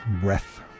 breath